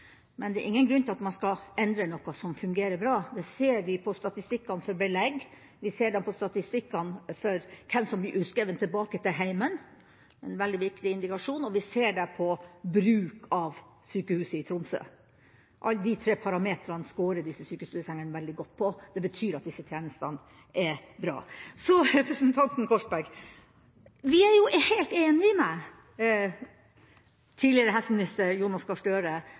Men det er ingen grunn til at man skal endre noe som fungerer bra. Det ser vi på statistikkene for belegg, vi ser det på statistikkene for hvem som blir utskrevet tilbake til hjemmet – en veldig viktig indikasjon – og vi ser det på bruk av sykehuset i Tromsø. Disse tre parametrene skårer disse sykestuesengene veldig godt på. Det betyr at disse tjenestene er bra. Så til representanten Korsberg: Vi er jo helt enig med tidligere helseminister Jonas Gahr Støre